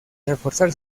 reforzar